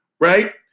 right